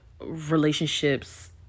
Relationships